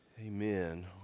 Amen